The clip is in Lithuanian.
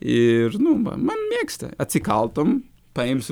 ir nu mama mėgsta atsikaltom paims